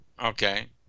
Okay